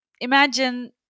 Imagine